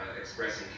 expressing